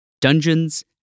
Dungeons